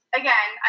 again